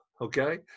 okay